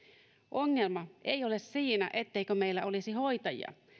ongelma ei ole siinä etteikö meillä olisi hoitajia